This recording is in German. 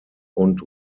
und